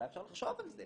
אולי אפשר לחשוב על זה,